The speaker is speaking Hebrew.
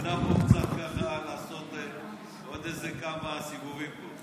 רצתה פה קצת ככה לעשות עוד איזה כמה סיבובים פה.